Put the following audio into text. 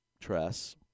Tress